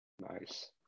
Nice